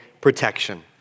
protection